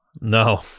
No